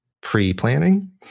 pre-planning